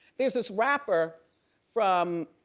there's this rapper from